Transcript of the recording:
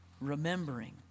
remembering